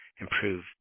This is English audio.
improve